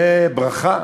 זה ברכה.